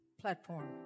platform